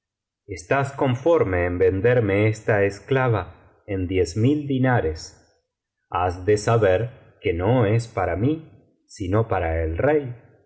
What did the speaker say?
estas conforme en venderme esta sclava en diez mil dinares has de saber que no es para mí sino para el rey